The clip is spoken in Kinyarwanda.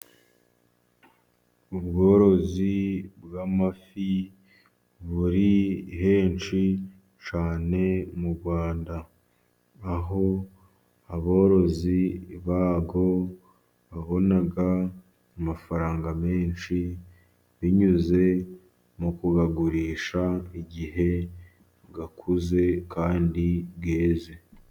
Ubworozi bw'amafi buri henshi cyane mu Rwanda ,aho aborozi bayo babona amafaranga menshi , binyuze mu kuyagurisha igihe akuze kandi yeze.